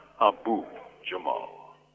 Abu-Jamal